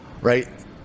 right